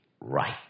right